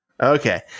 Okay